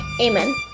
Amen